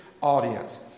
audience